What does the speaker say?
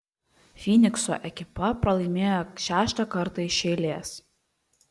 fynikso ekipa pralaimėjo šeštą kartą iš eilės